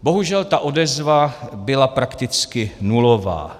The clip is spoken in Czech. Bohužel odezva byla prakticky nulová.